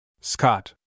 Scott